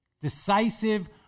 Decisive